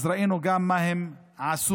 ראינו גם מה הם עשו,